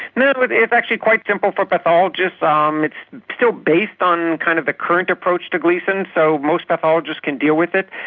no, but it's actually quite simple for pathologists, um it's still based on kind of the current approach to gleason, so most pathologists can deal with it.